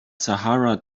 sahara